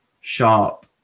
sharp